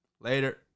Later